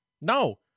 No